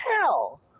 hell